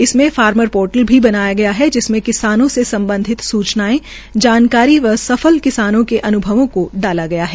इसमें farmer portal भी बनाया गया है जिसमे किसानों से सम्बधित सूचनायें जानकारी व सफल किसानों के अन्भवों को डाला गया है